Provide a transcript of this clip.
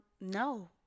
no